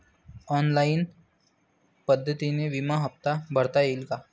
Online पद्धतीने विमा हफ्ता भरता येईल का?